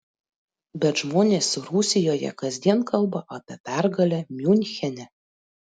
bet žmonės rusijoje kasdien kalba apie pergalę miunchene